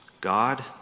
God